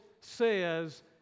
says